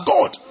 God